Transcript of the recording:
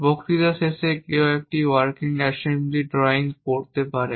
বক্তৃতা শেষে কেউ একটি ওয়ারকিং অ্যাসেম্বলি ড্রয়িং পড়তে পারে